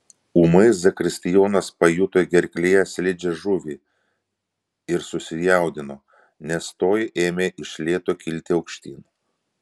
ūmai zakristijonas pajuto gerklėje slidžią žuvį ir susijaudino nes toji ėmė iš lėto kilti aukštyn